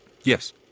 Yes